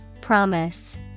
Promise